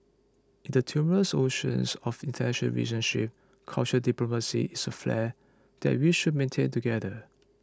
in the tumultuous oceans of international relationship cultural diplomacy is a flare that we should maintain together